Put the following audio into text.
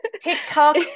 TikTok